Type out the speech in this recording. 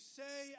say